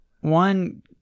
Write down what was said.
One